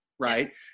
right